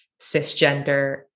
cisgender